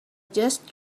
just